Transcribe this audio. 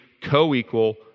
co-equal